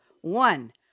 One